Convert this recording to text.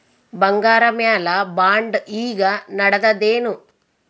ಬಂಗಾರ ಮ್ಯಾಲ ಬಾಂಡ್ ಈಗ ನಡದದೇನು?